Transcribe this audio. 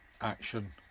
action